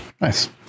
nice